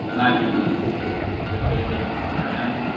maybe with the baby around,